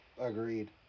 Agreed